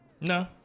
No